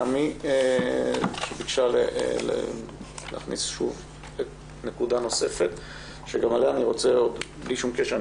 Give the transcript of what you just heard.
עמי שביקשה להכניס נקודה נוספת שבלי שום קשר אני